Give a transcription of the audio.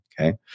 okay